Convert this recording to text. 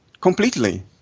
Completely